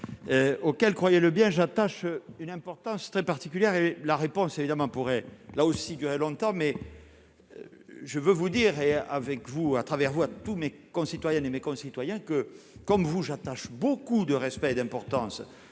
auxquelles, croyez-le bien, j'attache une importance très particulière et la réponse évidemment pourrait là aussi que a longtemps mais je veux vous dire et avec vous, à travers vous à tous mes concitoyens et mes concitoyens que comme vous j'attache beaucoup de respect et d'importance